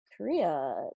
Korea